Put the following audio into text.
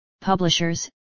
publishers